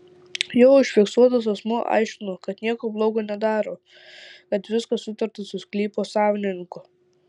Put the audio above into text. jo užfiksuotas asmuo aiškino kad nieko blogo nedaro kad viskas sutarta su sklypo savininku